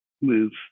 move